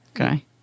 Okay